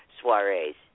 soirees